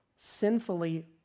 sinfully